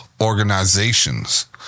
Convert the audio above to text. organizations